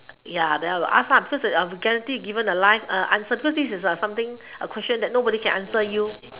ya then I will ask because guarantee given a life answer so this is something a question nobody can answer you